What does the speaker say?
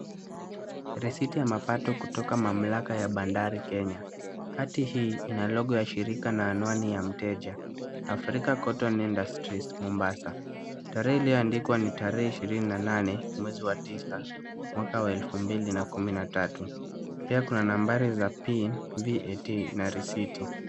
Risiti ya mapato kutoka mamlaka ya bandari Kenya. Kati ina logo shirika na anwani ya mteja. Africa cotton industries Mombasa tarehe ilioandikwa ni tarehe ishirini na nane mwezi wa tisa mwaka wa elfu mbili kumi na tatu. Pia kuna nambari za pin, VAT na risiti.